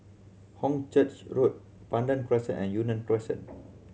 Hornchurch Road Pandan Crescent and Yunnan Crescent